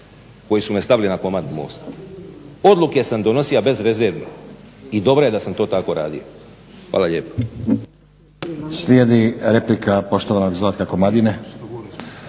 koji su me stavili na komad mosta. Odluke sam donosio bezrezervno i dobro je da sam to tako radio. Hvala lijepo.